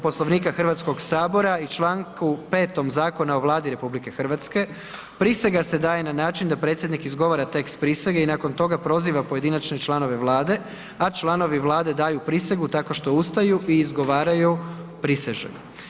Poslovnika HS-a i čl. 5. Zakona o Vladi RH, prisega se daje na način da predsjednik izgovara tekst prisege i nakon toga proziva pojedinačne članove Vlade, a članovi Vlade daju prisegu tako što ustaju i izgovaraju prisežem.